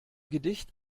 gedicht